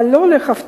אבל לא להפתעתי,